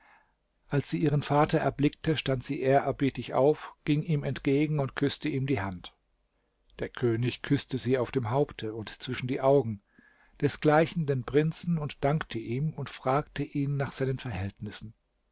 als sie ihren vater erblickte stand sie ehrerbietig auf ging ihm entgegen und küßte ihm die hand der könig küßte sie auf dem haupte und zwischen die augen desgleichen den prinzen und dankte ihm und fragte ihn nach seinen verhältnissen